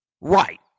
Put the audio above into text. Right